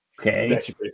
Okay